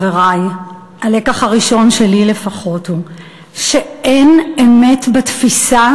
חברי: הלקח הראשון שלי לפחות הוא שאין אמת בתפיסה